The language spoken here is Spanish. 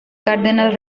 cardenal